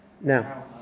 Now